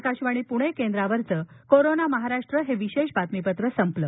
आकाशवाणी पुणे केंद्रावरच कोरोना महाराष्ट्र हे विशेष बातमीपत्र संपल